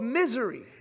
misery